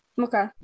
Okay